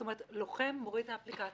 לוחם מוריד את האפליקציה,